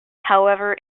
however